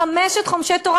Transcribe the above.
חמשת חומשי תורה.